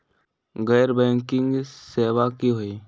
गैर बैंकिंग सेवा की होई?